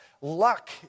luck